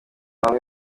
bamwe